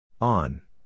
On